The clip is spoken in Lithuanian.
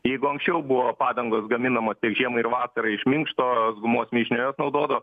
jeigu anksčiau buvo padangos gaminamos tik žiemai ir vasarai iš minkštos gumos mišinio jas naudodavo